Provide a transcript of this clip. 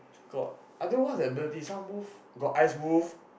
i don't know what the ability some wolf got ice wolf got